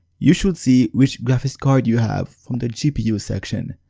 you should see which graphics card you have from the gpu section.